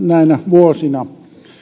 näinä vuosina